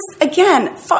again